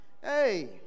Hey